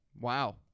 Wow